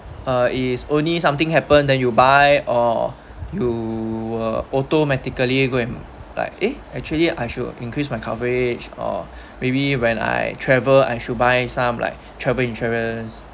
uh it is only something happen then you buy or you you'll automatically go and like ya actually I should increase my coverage or maybe when I travel I should buy some like travel insurance